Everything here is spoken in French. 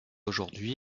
aujourd’hui